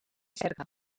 cerca